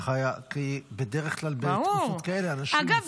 כי בדרך כלל בתקופות כאלה אנשים